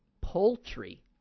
poultry